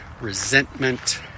resentment